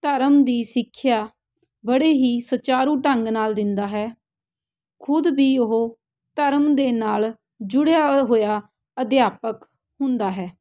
ਧਰਮ ਦੀ ਸਿੱਖਿਆ ਬੜੇ ਹੀ ਸੁਚਾਰੂ ਢੰਗ ਨਾਲ ਦਿੰਦਾ ਹੈ ਖੁਦ ਵੀ ਉਹ ਧਰਮ ਦੇ ਨਾਲ ਜੁੜਿਆ ਹੋਇਆ ਅਧਿਆਪਕ ਹੁੰਦਾ ਹੈ